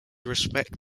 respect